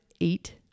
eight